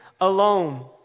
alone